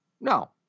no